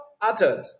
uttered